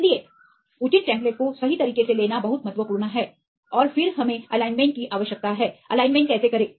इसलिए उनके उचित टेम्प्लेट को सही तरीके से लेना बहुत महत्वपूर्ण है और फिर हमें एलाइनमेंट बनाने की आवश्यकता है कि एलाइनमेंट कैसे करें